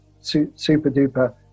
super-duper